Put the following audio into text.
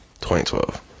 2012